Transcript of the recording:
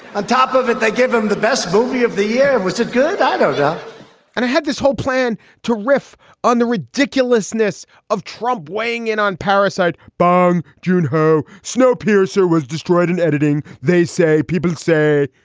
on top of it, they give him the best movie of the year. was it good? i no doubt and it had this whole plan to riff on the ridiculousness of trump weighing in on parricide bomb jun ho snowpiercer was destroyed in editing. they say, people say,